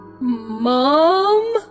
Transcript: Mom